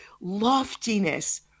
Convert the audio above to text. loftiness